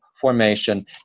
formation